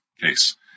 case